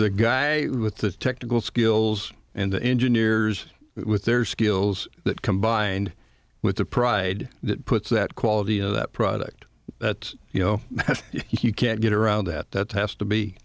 the guy with the technical skills and the engineers with their skills that combined with the pride that puts that quality of that product that you know you can't get around that that has to be